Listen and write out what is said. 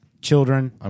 children